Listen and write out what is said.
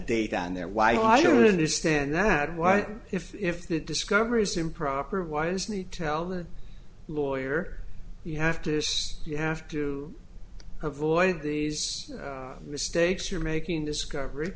date on there why i don't understand that why if if that discovery is improper of why isn't it tell the lawyer you have to you have to avoid these mistakes you're making discovery